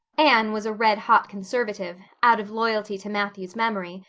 anne was a red-hot conservative, out of loyalty to matthew's memory,